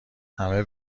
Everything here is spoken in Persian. همه